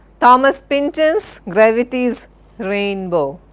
thomas pynchon's gravity's rainbow.